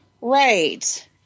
Right